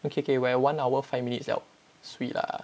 okay we're at one hour five minutes liao swee lah